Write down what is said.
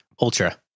Ultra